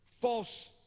false